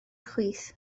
chwith